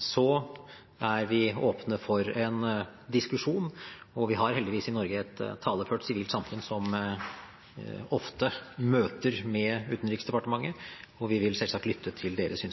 Så er vi åpne for en diskusjon. Vi har heldigvis i Norge et taleført sivilt samfunn som ofte møter Utenriksdepartementet, og vi vil selvsagt lytte til deres